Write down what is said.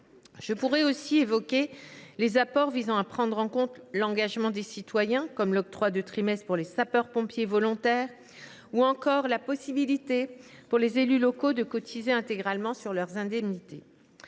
Je pourrais aussi évoquer les apports visant à prendre en compte l’engagement des citoyens, comme l’octroi de trimestres pour les sapeurs pompiers volontaires ou encore la possibilité pour les élus locaux de cotiser intégralement sur leurs indemnités.